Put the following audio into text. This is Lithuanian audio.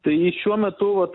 tai šiuo metu vat